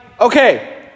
okay